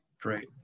Great